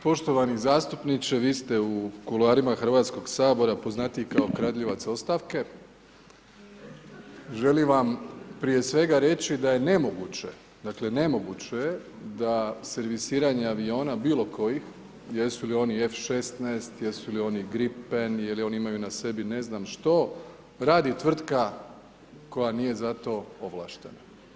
Poštovani zastupniče, vi ste u kuloarima Hrvatskog sabora poznatiji kao kradljivac ostavke, želim vam prije svega reći da je nemoguće, dakle nemoguće je da servisiranja aviona bilokojih jesu li oni F 16, jesu li oni Grippen, je li oni imaju na sebi ne znam što, radi tvrtka koja ni za to ovlaštena.